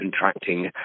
contracting